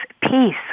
peace